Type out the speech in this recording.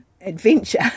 adventure